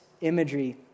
imagery